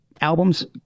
albums